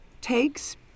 takes